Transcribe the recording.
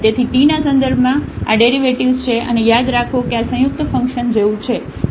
તેથી tના સંદર્ભમાં આડેરિવેટિવ્ઝ છે અને યાદ રાખો કે આ સંયુક્ત ફંકશન જેવું છે